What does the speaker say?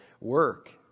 work